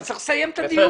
אני צריך לסיים את הישיבה.